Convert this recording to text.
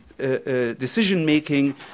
decision-making